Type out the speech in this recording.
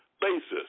basis